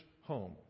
home